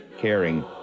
caring